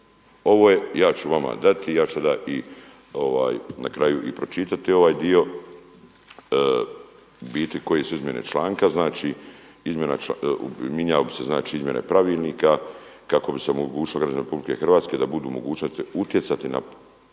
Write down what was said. Ovo je, ja ću vama dati, ja ću sada na kraju i pročitati ovaj dio u biti koje su izmjene članka. Znači, mijenjao bi se znači izmjene Pravilnika kako bi se omogućilo građanima Republike Hrvatske da budu u mogućnosti utjecati na postavu